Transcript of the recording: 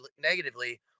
negatively